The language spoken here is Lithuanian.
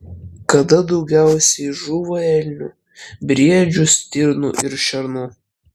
kada daugiausiai žūva elnių briedžių stirnų ir šernų